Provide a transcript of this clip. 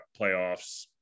playoffs